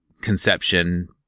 conception